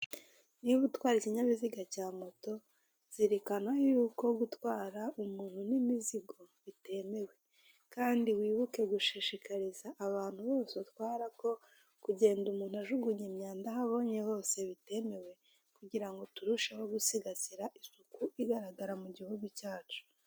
Niba utwara ikinyabiziga cya moto, zirikana yuko gutwara umuntu n'imizigi bitemewe. Kandi wibuke gushishikariza abantu utwara ko kugenda ujugunya imyanda aho ubonye hose bitemewe, kugira ngo turusheho gusigasira isuku igaragara mu gihugu cyacu.